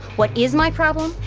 what is my problem,